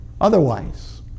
otherwise